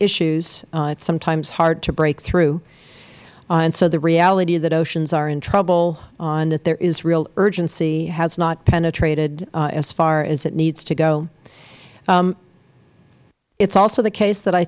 issues it is sometimes hard to break through and so the reality that oceans are in trouble and that there is real urgency has not penetrated as far as it needs to go it is also the case that i